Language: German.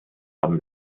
haben